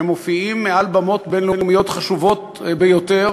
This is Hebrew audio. שמופיעים מעל במות בין-לאומיות חשובות ביותר